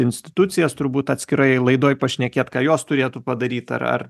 institucijas turbūt atskirai laidoj pašnekėt ką jos turėtų padaryt ar ar